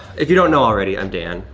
if you don't know already, i'm dan,